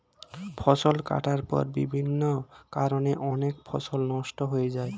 ফসল কাটার পর বিভিন্ন কারণে অনেক ফসল নষ্ট হয়ে যায়